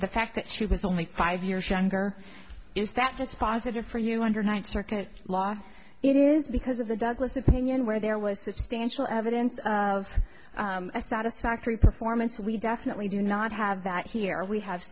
the fact that she was only five years younger is that dispositive for you under nine circuit law it is because of the douglas opinion where there was substantial evidence of a satisfactory performance we definitely do not have that here we have